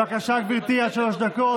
בבקשה, גברתי, עד שלוש דקות.